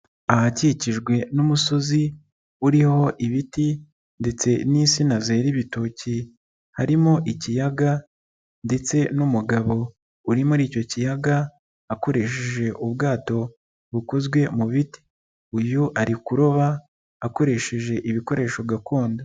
Ahakikijwe n'umusozi uriho ibiti ndetse n'insina zera ibitoki, harimo ikiyaga ndetse n'umugabo uri muri icyo kiyaga akoresheje ubwato bukozwe mu biti, uyu ari kuroba akoresheje ibikoresho gakondo.